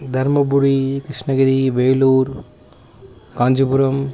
Dharmapuri Krishnagiri Vellore Kanchipuram